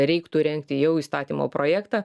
reiktų rengti jau įstatymo projektą